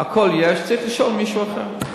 הכול יש, צריך לשאול מישהו אחר.